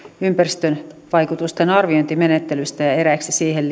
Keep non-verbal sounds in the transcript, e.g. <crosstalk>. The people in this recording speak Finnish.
ympäristövaikutusten arviointimenettelystä ja eräiksi siihen <unintelligible>